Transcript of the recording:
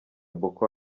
boko